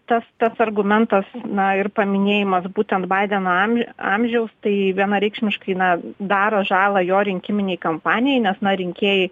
tas tas argumentas na ir paminėjimas būtent baideno am amžiaus tai vienareikšmiškai na daro žalą jo rinkiminei kampanijai nes na rinkėjai